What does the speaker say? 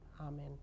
Amen